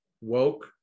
woke